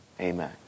amen